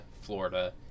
Florida